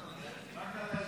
ברוכי,